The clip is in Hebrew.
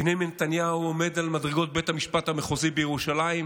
בנימין נתניהו עומד על מדרגות בית המשפט המחוזי בירושלים,